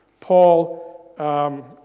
Paul